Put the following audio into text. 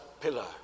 pillar